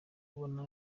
kubona